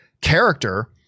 character